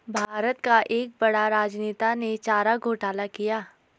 भारत का एक बड़ा राजनेता ने चारा घोटाला किया